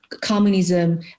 communism